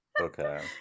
okay